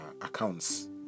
accounts